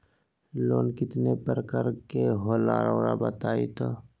Loan कितने पारकर के होला रऊआ बताई तो?